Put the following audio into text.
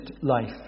life